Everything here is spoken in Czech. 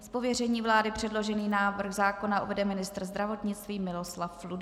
Z pověření vlády předložený návrh zákona uvede ministr zdravotnictví Miloslav Ludvík.